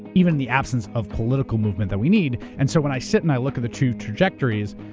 even the absence of political movement that we need. and so when i sit and i look at the two trajectories,